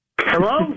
Hello